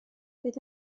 bydd